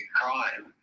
crime